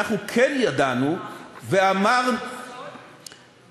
אנחנו כן ידענו ואמרנו, מה, החיפושים האלה הם סוד?